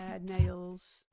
Nails